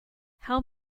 how